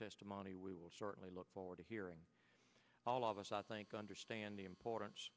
testimony we will certainly look forward to hearing all of us i think understand the importance